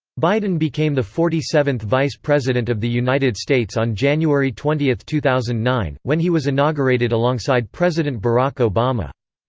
biden became the forty seventh vice president of the united states on january twenty, two thousand and nine, when he was inaugurated alongside president barack obama.